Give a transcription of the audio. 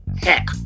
heck